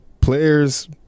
players